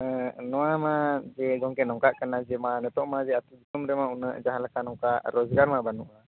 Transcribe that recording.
ᱱᱚᱣᱟ ᱢᱟ ᱡᱮ ᱜᱚᱢᱠᱮ ᱱᱚᱝᱠᱟ ᱠᱟᱱᱟ ᱡᱮ ᱢᱟ ᱱᱤᱛᱚᱜ ᱢᱟ ᱡᱮ ᱟᱹᱛᱩ ᱫᱤᱥᱚᱢ ᱨᱮᱢᱟ ᱩᱱᱟᱹᱜ ᱡᱟᱦᱟᱸ ᱞᱮᱠᱟ ᱱᱚᱝᱠᱟ ᱨᱚᱡᱽᱜᱟᱨ ᱢᱟ ᱵᱟᱹᱱᱩᱜᱼᱟ